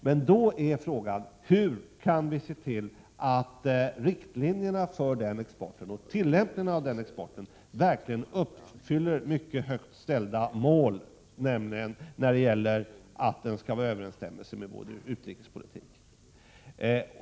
Men då är frågan: Hur kan vi se till att riktlinjerna för och tillämpningen av denna export verkligen uppfyller högt ställda krav på överensstämmelse med vår utrikespolitik?